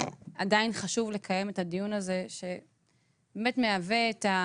עדיין חשוב לקיים את הדיון הזה שמהווה את ה